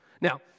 Now